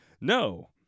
no